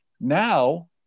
Now